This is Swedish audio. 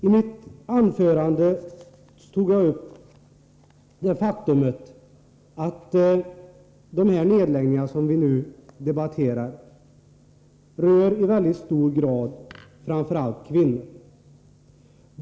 I mitt anförande tog jag upp det faktum att de nedläggningar som vi nu debatterar i mycket hög grad rör kvinnor.